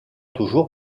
toujours